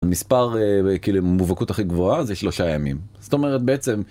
המספר כאילו עם המובהקות הכי גבוהה זה שלושה ימים. זאת אומרת בעצם,